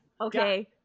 Okay